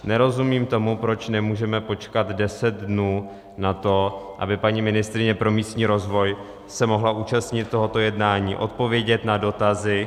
Nerozumím tomu, proč nemůžeme počkat 10 dnů na to, aby paní ministryně pro místní rozvoj se mohla účastnit tohoto jednání, odpovědět na dotazy.